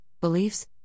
beliefs